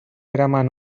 eraman